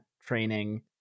training